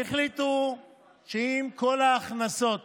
והחליטו שאם כל ההכנסות